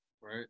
Right